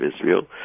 Israel